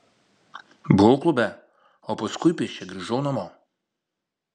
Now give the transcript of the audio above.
buvau klube o paskui pėsčia grįžau namo